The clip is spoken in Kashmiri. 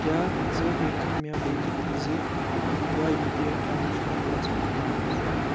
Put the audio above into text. کیٛاہ ژٕ ہٮ۪کھا مےٚ ؤنِتھ زِ کیٛاہ یوٗ پی آی ٹرانزیکشن وٲژاہ اِمامَس